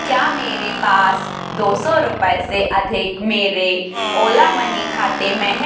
क्या मेरे पास दो सौ रुपये से अधिक मेरे ओला मनी खाते में हैं